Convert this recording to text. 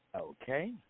Okay